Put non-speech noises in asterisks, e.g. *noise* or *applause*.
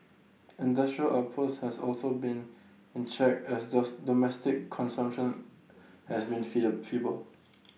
industrial outputs has also been in check as does domestic consumption has been *unintelligible* feeble